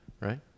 Right